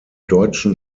deutschen